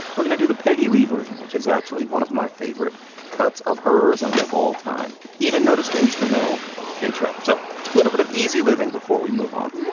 we're gonna do the peggy lee version, which is actually one of my favorite cuts of hers and of all time. even notice the instrumental intro. so a little bit of easy living before we move on